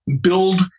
build